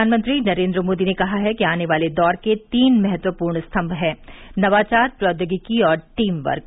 प्रधानमंत्री नरेन्द्र मोदी ने कहा है कि आने वाले दौर के तीन महत्वपूर्ण स्तम्म हैं नवाचार प्रौद्योगिकी और टीम वर्क